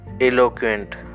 eloquent